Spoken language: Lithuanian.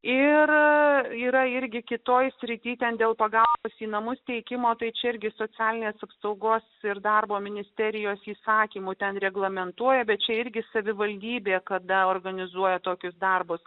ir yra irgi kitoje srityje ten dėl pagalbos į namus teikimo tai čia irgi socialinės apsaugos ir darbo ministerijos įsakymu ten reglamentuoja bet čia irgi savivaldybė kada organizuoja tokius darbus